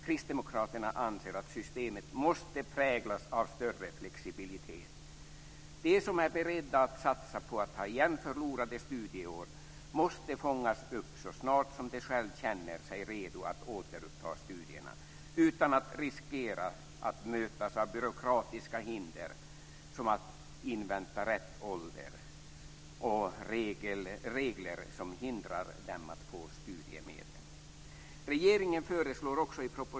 Kristdemokraterna anser att systemet måste präglas av större flexibilitet. De som är beredda att satsa på att ta igen förlorade studieår måste fångas upp så snart som de själva känner sig redo att återuppta studierna utan att riskera att mötas av byråkratiska hinder, som att invänta rätt ålder, och regler som hindrar dem att få studiemedel.